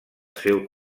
seu